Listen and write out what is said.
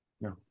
No